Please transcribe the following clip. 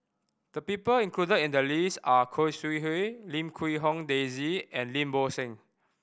the people included in the list are Khoo Sui Hoe Lim Quee Hong Daisy and Lim Bo Seng